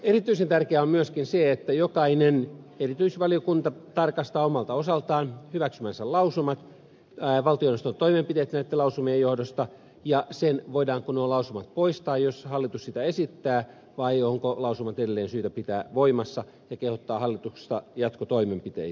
erityisen tärkeää on myöskin se että jokainen erityisvaliokunta tarkastaa omalta osaltaan hyväksymänsä lausumat valtioneuvoston toimenpiteet näitten lausumien johdosta ja sen voidaanko nuo lausumat poistaa jos hallitus sitä esittää vai onko lausumat edelleen syytä pitää voimassa ja kehottaa hallitusta jatkotoimenpiteisiin